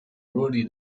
ruoli